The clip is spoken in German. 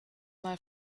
mal